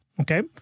okay